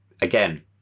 again